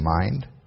mind